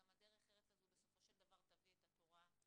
ודרך ארץ הזו בסופו של דבר גם תביא את התורה עצמה.